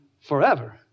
forever